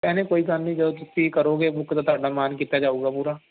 ਭੈਣੇ ਕੋਈ ਗੱਲ ਨਹੀਂ ਜਦੋਂ ਤੁਸੀਂ ਕਰੋਗੇ ਬੁੱਕ ਤਾਂ ਤੁਹਾਡਾ ਮਾਨ ਕੀਤਾ ਜਾਵੇਗਾ ਪੂਰਾ